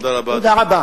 תודה רבה.